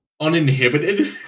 uninhibited